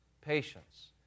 patience